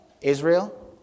Israel